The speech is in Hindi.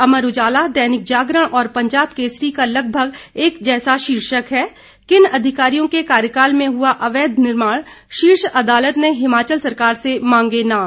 अमर उजाला दैनिक जागरण और पंजाब केसरी का लगभग एक सा शीर्षक है किन अधिकारियों के कार्यकाल में हुआ अवैध निर्माण शीर्ष अदालत ने हिमाचल सरकार से मांगे नाम